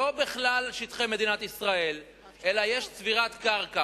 לא בכלל שטחי מדינת ישראל אלא יש צבירת קרקע